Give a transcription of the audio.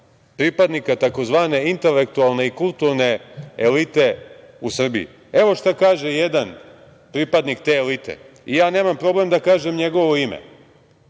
pripadnika tzv. intelektualne i kulturne elite u Srbiji. Evo šta kaže jedan pripadnik te elite. Ja nemam problem da kažem njegovo ime